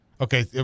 Okay